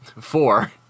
Four